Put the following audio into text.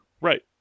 Right